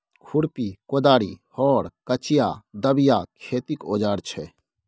खुरपी, कोदारि, हर, कचिआ, दबिया खेतीक औजार छै